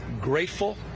grateful